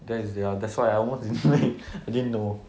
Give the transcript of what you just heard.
that's their that's why I almost didn't ma~ I didn't know